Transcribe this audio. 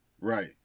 Right